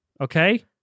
Okay